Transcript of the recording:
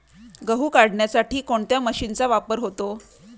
गहू काढण्यासाठी कोणत्या मशीनचा वापर होतो?